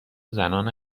زنان